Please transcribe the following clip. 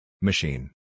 Machine